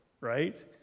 right